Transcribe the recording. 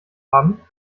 haben